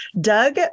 Doug